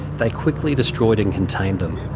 they quickly destroyed and contained them.